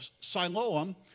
Siloam